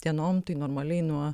dienom tai normaliai nuo